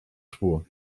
spur